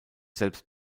selbst